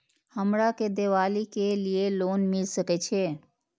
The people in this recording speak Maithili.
हमरा के दीपावली के लीऐ लोन मिल सके छे?